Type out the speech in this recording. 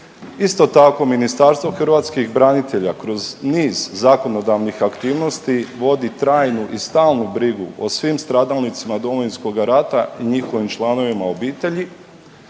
Isto tako, Ministarstvo hrvatskih branitelja kroz niz zakonodavnih aktivnosti vodi trajnu i stalnu brigu o svim stradalnicima Domovinskoga rata i njihovim članovima obitelji,